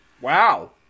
Wow